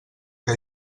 què